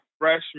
freshman